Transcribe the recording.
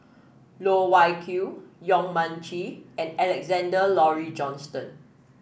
Loh Wai Kiew Yong Mun Chee and Alexander Laurie Johnston